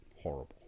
Horrible